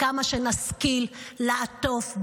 כמה שנשכיל לעטוף,